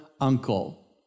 uncle